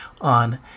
on